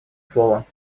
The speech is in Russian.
слово